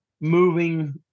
moving